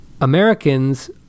Americans